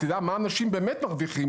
תדע מה אנשים באמת מרוויחים,